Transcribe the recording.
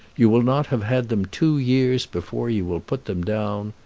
you will not have had them two years before you will put them down.